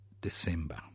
December